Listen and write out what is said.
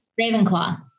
Ravenclaw